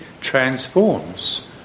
transforms